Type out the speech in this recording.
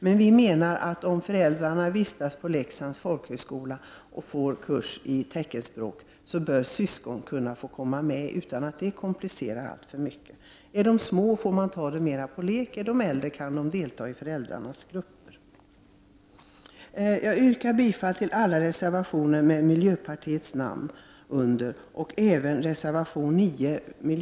Men vi menar att när föräldrar vistas på Leksands folkhögskola och går på kurs i teckenspråk bör även syskon kunna få delta utan att det komplicerar situationen alltför mycket. Är de små får man ta det hela mer på lek, är de äldre kan de delta i föräldrarnas grupper. Jag yrkar bifall till alla reservationer med miljöpartiets namn och även till vpk:s reservation nr 9.